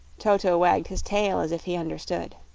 toto wagged his tail as if he understood.